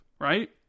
right